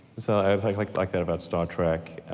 so, i like like like that about star trek.